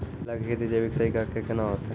केला की खेती जैविक तरीका के ना होते?